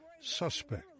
suspect